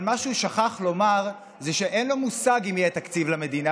אבל מה שהוא שכח לומר זה שאין לו מושג אם יהיה תקציב למדינה,